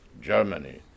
Germany